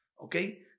Okay